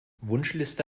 wunschliste